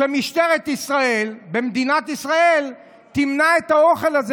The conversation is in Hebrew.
שמשטרת ישראל במדינת ישראל תמנע את האוכל הזה